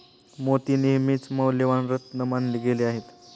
मोती नेहमीच मौल्यवान रत्न मानले गेले आहेत